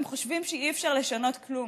הם חושבים שאי-אפשר לשנות כלום.